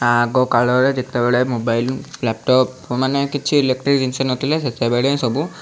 ଆଗକାଳରେ ଯେତେବେଳେ mobile laptop ମାନେ କିଛି ଇଲେକ୍ଟ୍ରି ଜିନିଷ ନଥିଲା ସେତେବେଳେ ସବୁ